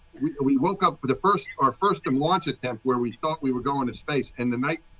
we woke up with the first our first um launch attempt where we thought we were going to space in the night.